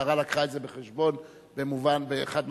שהמשטרה הביאה את זה בחשבון במובן, חד-משמעי.